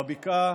בבקעה,